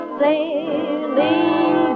sailing